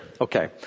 Okay